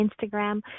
Instagram